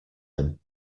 him